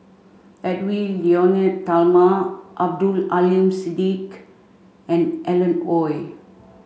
Edwy Lyonet Talma Abdul Aleem Siddique and Alan Oei